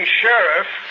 sheriff